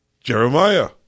Jeremiah